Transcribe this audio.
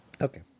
okay